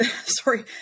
sorry